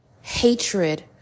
hatred